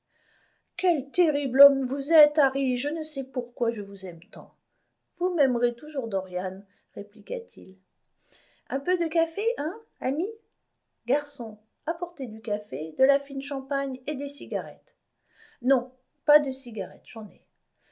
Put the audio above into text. quel terrible homme vous êtes harry je ne sais pourquoi je vous aime tant vous m'aimerez toujours dorian répliqua-t-il un peu de café hein amisp garçon apportez du café de la fine champagne et des cigarettes non pas de cigarettes